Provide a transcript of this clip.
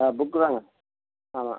ஆ புக்குதாங்க ஆமாம்